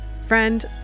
friend